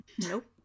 Nope